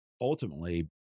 ultimately